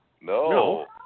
No